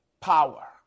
power